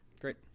great